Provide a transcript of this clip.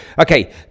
Okay